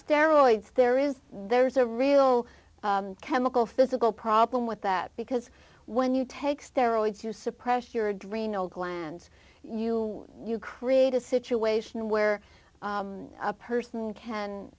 steroids there is there's a real chemical physical problem with that because when you take steroids to suppress your adrenal glands you you create a situation where a person can